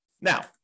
Now